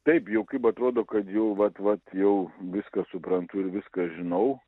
taip jau kaip atrodo kad jau vat vat jau viską suprantu ir viską žinau